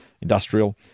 industrial